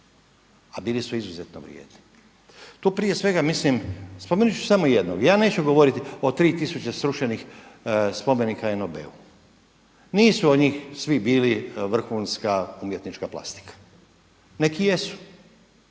a bili su izuzetno vrijedni. Tu prije svega mislim, spomenut ću samo jednog. Ja neću govoriti o 3000 srušenih spomenika NOB-u. Nisu od njih svi bili vrhunska umjetnička plastika. Neki jesu,